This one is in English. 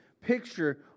picture